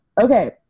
Okay